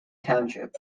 township